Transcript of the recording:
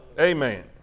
Amen